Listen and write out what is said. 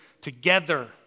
together